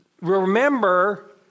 Remember